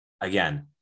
again